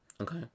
Okay